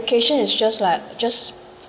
education is just like just